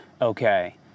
okay